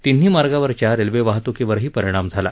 तिन्ही मार्गावरच्या रेल्वे वाहत्कीवरही परिणाम झाला